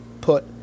put